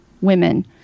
women